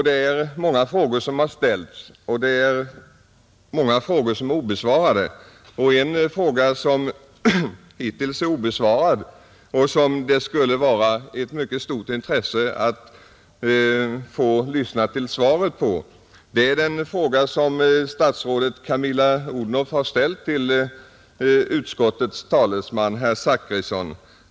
Det är många frågor som har ställts och det är många frågor som är obesvarade, En av de hittills obesvarade frågorna, som det skulle vara av mycket stort intresse att få lyssna till svaret på, är den fråga som statsrådet Camilla Odhnoff har ställt till utskottets talesman herr Zachrisson.